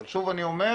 אבל שוב אני אומר,